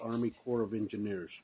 army corps of engineers